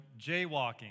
Jaywalking